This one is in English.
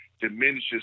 diminishes